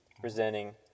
presenting